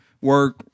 work